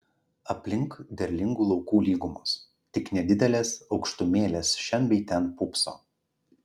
aplink derlingų laukų lygumos tik nedidelės aukštumėlės šen bei ten pūpso